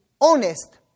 honest